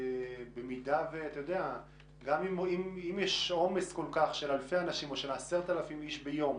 שבמידה ו -- -גם אם יש עומס של 10,000 איש ביום